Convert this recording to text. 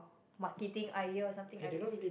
marketing idea or something I don't know